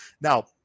Now